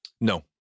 No